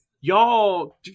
y'all